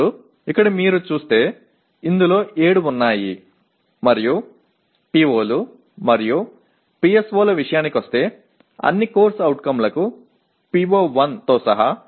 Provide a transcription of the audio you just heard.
ఇప్పుడు ఇక్కడ మీరు చూస్తే ఇందులో 7 ఉన్నాయి మరియు PO లు మరియు PSO ల విషయానికొస్తే అన్ని CO లకు PO1 తో సహా